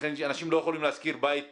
לכן אנשים לא יכולים להשכיר בית בשפרעם,